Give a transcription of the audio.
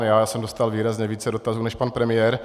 Já jsem dostal výrazně více dotazů než pan premiér.